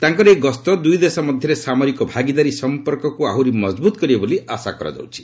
ତାଙ୍କର ଏହି ଗସ୍ତ ଦୂଇ ଦେଶ ମଧ୍ୟରେ ସାମରିକ ଭାଗିଦାରୀ ସମ୍ପର୍କକ୍ତ ଆହୁରି ମଜବ୍ରତ କରିବ ବୋଲି ଆଶା କରାଯାଉଛି